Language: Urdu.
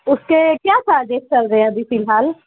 اس کے کیا پرائزیس چل رہے ہیں ابھی فی الحال